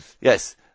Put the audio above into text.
Yes